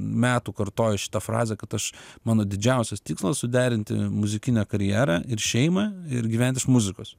metų kartoju šitą frazę kad aš mano didžiausias tikslas suderinti muzikinę karjerą ir šeimą ir gyvent iš muzikos